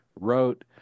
wrote